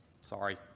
Sorry